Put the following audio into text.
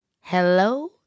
Hello